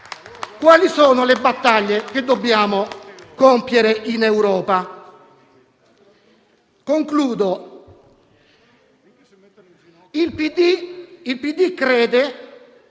quali sono le battaglie che dobbiamo compiere in Europa.